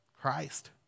Christ